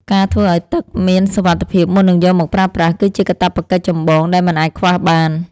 ការធ្វើឱ្យទឹកមានសុវត្ថិភាពមុននឹងយកមកប្រើប្រាស់ គឺជាកាតព្វកិច្ចចម្បងដែលមិនអាចខ្វះបាន។